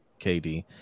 KD